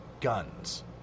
guns